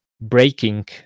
breaking